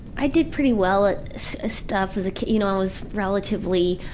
i did pretty well at stuff as a kid. you know, i was relatively.